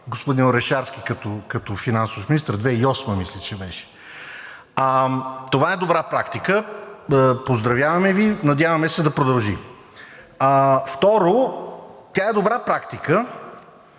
господин Орешарски като финансов министър, мисля, че беше през 2008 г. Това е добра практика. Поздравяваме Ви, надяваме се да продължи! Второ, тя е добра практика!